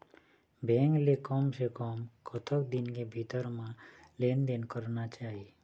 Bank ले कम से कम कतक दिन के भीतर मा लेन देन करना चाही?